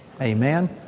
Amen